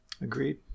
Agreed